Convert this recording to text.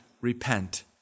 repent